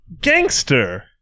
Gangster